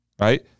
right